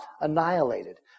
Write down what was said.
annihilated